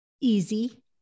Easy